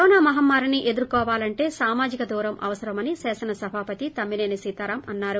corona మహమ్మారిని ఎదుర్కోవాలంటే సామాజిక దూరం అవసరమని శాసనసభాపతి తమ్మినేని సీతారాం అన్సారు